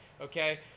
Okay